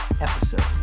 episode